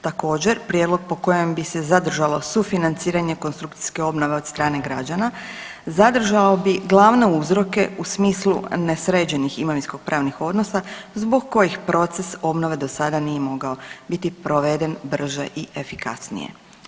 Također prijedlog po kojem bi se zadržalo sufinanciranje konstrukcijske obnove od strane građana zadržalo bi glavne uzroke u smislu ne sređenih imovinskopravnih odnosa zbog kojih proces obnove do sada nije mogao biti proveden brže i efikasnije.